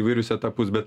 įvairius etapus bet